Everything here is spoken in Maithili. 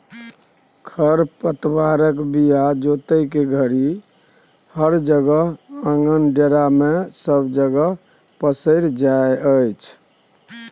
खर पातक बीया जोतय घरी या फसल काटय घरी सब जगह पसरै छी